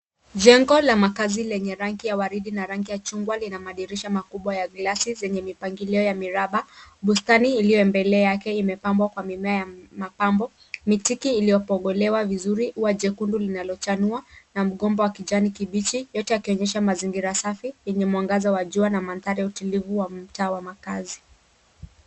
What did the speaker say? Jengo la makaazi lenye rangi ya waridi na rangi ya chungwa lina madirisha kubwa ya glasi zenye mipangilio ya miraba bustani iliyombele yake imepambwa kwa mimea ya mapambo mitiki iliyopogolewa vizuri ua jekundu linalochanua na mgomba wa kijani kibichi yote yakionyesha mazingira safi yenye mwangaza wa jua na mandhari ya utulivu wa mtaa wa makaazi.